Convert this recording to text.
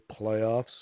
playoffs